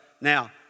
Now